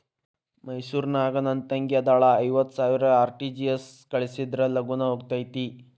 ಮೈಸೂರ್ ನಾಗ ನನ್ ತಂಗಿ ಅದಾಳ ಐವತ್ ಸಾವಿರ ಆರ್.ಟಿ.ಜಿ.ಎಸ್ ಕಳ್ಸಿದ್ರಾ ಲಗೂನ ಹೋಗತೈತ?